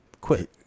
Quit